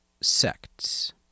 Sects